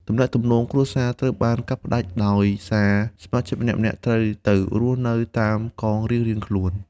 ទំនាក់ទំនងគ្រួសារត្រូវបានកាត់ផ្តាច់ ដោយសារសមាជិកម្នាក់ៗត្រូវទៅរស់នៅតាមកងរៀងៗខ្លួន។